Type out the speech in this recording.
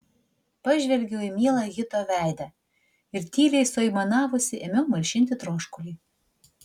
pažvelgiau į mielą hito veidą ir tyliai suaimanavusi ėmiau malšinti troškulį